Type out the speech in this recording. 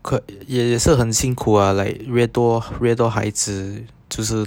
可也是很辛苦 ah like 越多越多孩子就是